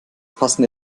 passende